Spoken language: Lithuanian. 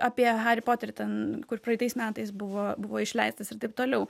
apie harį poterį ten kur praeitais metais buvo buvo išleistas ir taip toliau